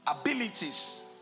abilities